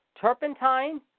Turpentine